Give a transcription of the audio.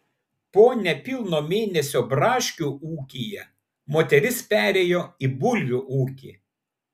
po nepilno mėnesio braškių ūkyje moteris perėjo į bulvių ūkį